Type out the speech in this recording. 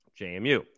JMU